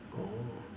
oh